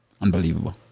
Unbelievable